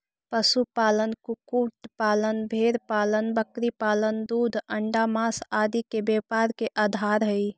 पशुपालन, कुक्कुट पालन, भेंड़पालन बकरीपालन दूध, अण्डा, माँस आदि के व्यापार के आधार हइ